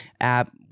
app